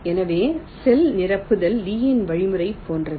எனவே செல் நிரப்புதல் லீயின் வழிமுறையைப் போன்றது